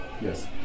Yes